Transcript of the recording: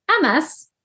MS